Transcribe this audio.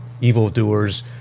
evildoers